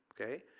okay